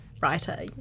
writer